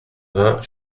vingts